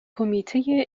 کمیته